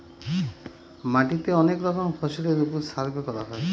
মাটিতে অনেক রকমের ফসলের ওপর সার্ভে করা হয়